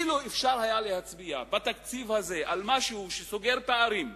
אילו היה אפשר להצביע בתקציב הזה על משהו שסוגר פערים,